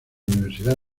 universidad